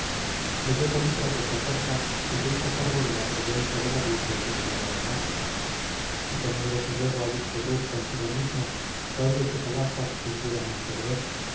leyó polícrates la carta y se hizo cargo de la prudencia del aviso que le daba amasis y poniéndose luego a discurrir consigo mismo cuál de sus alhajas sintiera más perder